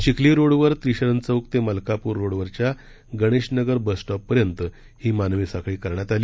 चिखली रोडवरील त्रिशरण चौक ते मलकापूर रोड वरील गणेश नगर बस स्टॉपपर्यंत ही मानवी साखळी करण्यात आली